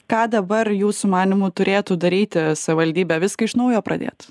ką dabar jūsų manymu turėtų daryti savivaldybė viską iš naujo pradėt